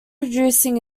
producing